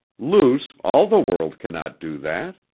luce, all the world can not do that.